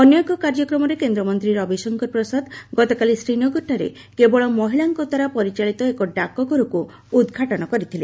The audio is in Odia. ଅନ୍ୟ ଏକ କାର୍ଯ୍ୟକ୍ରମରେ କେନ୍ଦ୍ରମନ୍ତ୍ରୀ ରବିଶଙ୍କର ପ୍ରସାଦ ଗତକାଲି ଶ୍ରୀନଗରଠାରେ କେବଳ ମହିଳାଙ୍କ ଦ୍ୱାରା ପରିଚାଳିତ ଏକ ଡାକ ଘରକୁ ଉଦ୍ଘାଟନ କରିଥିଲେ